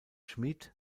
schmid